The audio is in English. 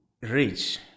rich